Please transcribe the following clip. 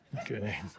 Okay